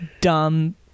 dumb